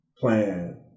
Plan